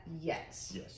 Yes